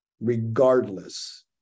regardless